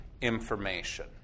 information